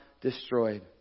destroyed